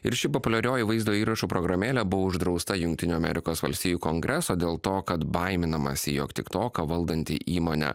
ir ši populiarioji vaizdo įrašų programėlė buvo uždrausta jungtinių amerikos valstijų kongreso dėl to kad baiminamasi jog tiktoką valdanti įmonė